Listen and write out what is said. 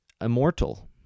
Immortal